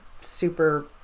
super